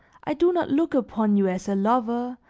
i do not look upon you as a lover,